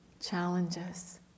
challenges